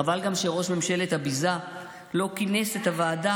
חבל גם שראש ממשלת הביזה לא כינס את הוועדה